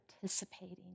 participating